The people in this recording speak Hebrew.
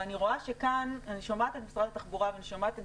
ואני שומעת את משרד התחבורה ואני שומעת את